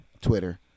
Twitter